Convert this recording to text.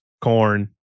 corn